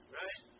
right